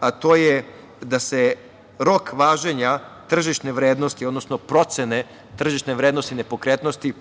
a to je da se rok važenja tržišne vrednosti odnosno procene tržišne vrednosti nepokretnosti